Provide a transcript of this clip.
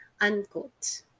unquote